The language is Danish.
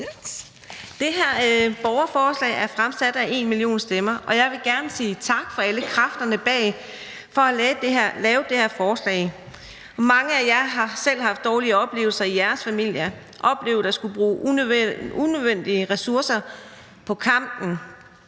Det her borgerforslag er fremsat af #enmillionstemmer, og jeg vil gerne sige tak til alle kræfterne bag for at lave det her forslag. Mange af jer har selv haft dårlige oplevelser i jeres familier og oplevet at skulle bruge unødvendige ressourcer på kampen